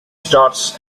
starts